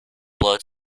blood